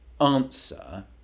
answer